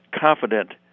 confident